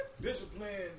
discipline